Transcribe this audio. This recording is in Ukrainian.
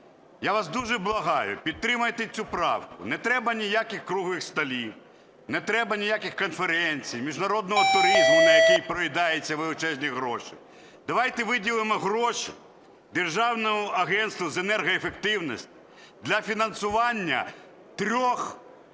Я вас дуже благаю, підтримайте цю правку. Не треба ніяких круглих столів, не треба ніяких конференцій, міжнародного туризму, на який проїдаються величезні гроші. Давайте виділимо гроші Державному агентству з енергоефективності для фінансування трьох